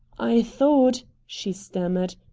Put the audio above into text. i thought, she stammered,